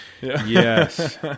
Yes